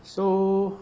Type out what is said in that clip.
so